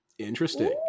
interesting